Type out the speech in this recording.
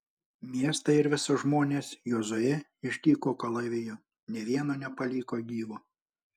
miestą ir visus žmones jozuė ištiko kalaviju nė vieno nepaliko gyvo